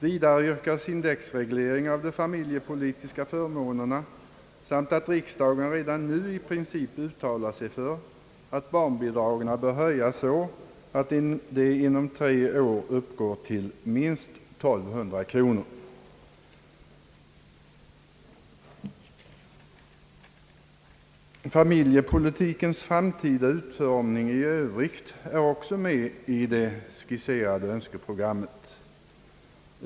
Vidare yrkas på en indexreglering av de familjepolitiska förmånerna samt att riksdagen redan nu i princip uttalar sig för att barnbidragen höjs så att de inom tre år uppgår till minst 1200 kronor. Också familjepolitikens framtida utformning i övrigt är med i det skisserade önskeprogrammet.